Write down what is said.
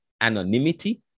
anonymity